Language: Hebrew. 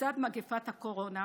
שלצד מגפת הקורונה,